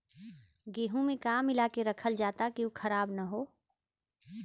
गेहूँ में का मिलाके रखल जाता कि उ खराब न हो?